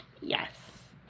Yes